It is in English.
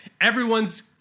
everyone's